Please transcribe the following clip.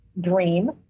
dream